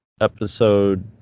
episode